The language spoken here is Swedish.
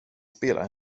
spelar